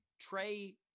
Trey